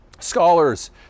Scholars